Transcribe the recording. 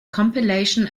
compilation